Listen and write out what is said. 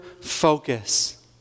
focus